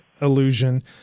illusion